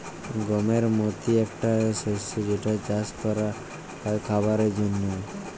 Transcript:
গমের মতি একটা শস্য যেটা চাস ক্যরা হ্যয় খাবারের জন্হে